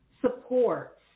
support